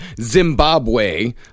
Zimbabwe